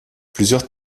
plusieurs